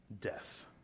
death